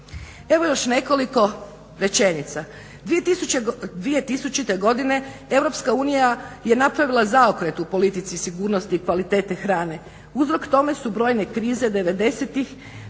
Evo još nekoliko rečenica, 2000. godine EU je napravila zaokret u politici, sigurnosti kvalitete hrane. Uzrok tome su brojne krize 90. godina